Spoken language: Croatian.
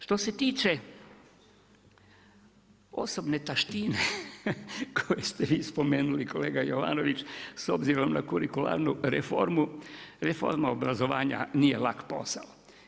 Što se tiče osobne taštine, koje ste vi spomenuli kolega Jovanović, s obzirom na kurikularnu reformu, reforma obrazovanja, nije lak posao.